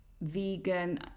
vegan